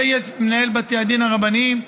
יש מנהל בתי הדין הרבניים,